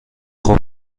خوب